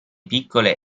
piccole